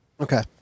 Okay